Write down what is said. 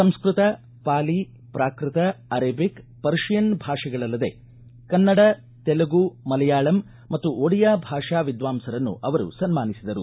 ಸಂಸ್ವತ Pali Prakrit Arabic Persian ಭಾಷೆಗಳಲ್ಲದೆ ಕನ್ನಡ ತೆಲುಗು ಮಲಯಾಳಂ ಮತ್ತು ಒಡಿಯಾ ಭಾಷಾ ವಿದ್ವಾಂಸರನ್ನು ಅವರು ಸನ್ಮಾನಿಸಿದರು